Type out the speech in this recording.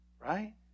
Right